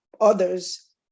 others